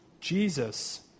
Jesus